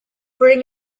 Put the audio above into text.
bring